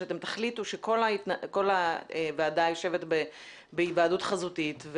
שאתם תחליטו שכל הוועדה יושבת בהיוועדות חזותית,